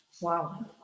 Wow